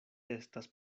estas